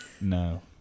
No